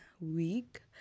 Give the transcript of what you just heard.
week